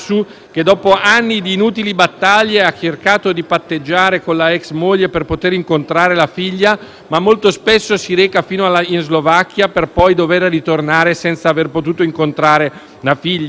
che, dopo anni di inutili battaglie, ha cercato di patteggiare con la ex moglie per poter incontrare la figlia, ma molto spesso si reca fino in Slovacchia, per poi dover ritornare senza aver potuto incontrarla; il